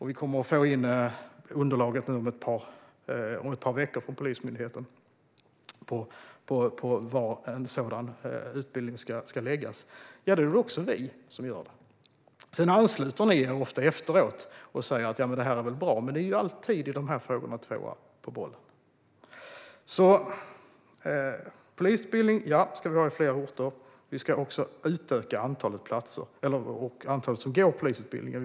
Vi kommer att få in underlaget om ett par veckor från Polismyndigheten för var en sådan utbildning ska förläggas - och då är det också vi som gör det. Sedan ansluter ni er ofta efteråt och säger: Det här är väl bra. Men ni är alltid tvåa på bollen i de här frågorna. Polisutbildning ska vi ha på fler orter, och vi ska också utöka antalet platser och antalet människor som går polisutbildningen.